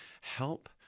help